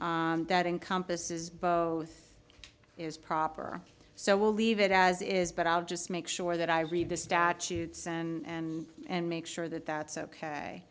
levy that encompasses both is proper so we'll leave it as it is but i'll just make sure that i read the statutes and and make sure that that's ok